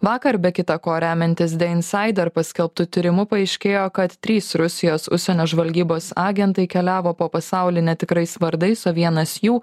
vakar be kita ko remiantis de insaider ir paskelbtu tyrimu paaiškėjo kad trys rusijos užsienio žvalgybos agentai keliavo po pasaulį netikrais vardais o vienas jų